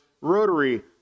rotary